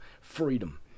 freedom